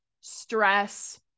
stress